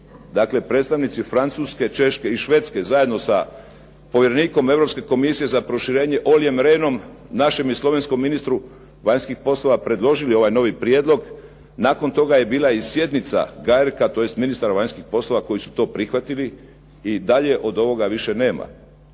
dakle predstavnici Francuske, Češke i Švedske zajedno sa povjerenikom Europske komisije za proširenje Olliem Rehnom našem i slovenskom ministru vanjskih poslova predložili ovaj novi prijedlog, nakon toga je bila sjednica GAERC-a tj. ministara vanjskih poslova koji su to prihvatili i dalje od ovoga više nema.